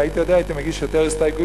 אם הייתי יודע הייתי מגיש יותר הסתייגויות,